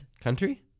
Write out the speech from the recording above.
Country